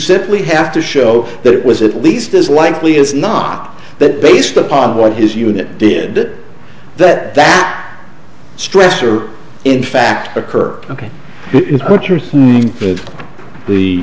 simply have to show that it was at least as likely as not that based upon what his unit did that that that stress or in fact occur ok